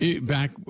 back